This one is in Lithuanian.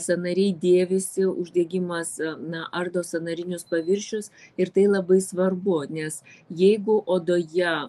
sąnariai dėvisi uždegimas na ardo sąnarinius paviršius ir tai labai svarbu nes jeigu odoje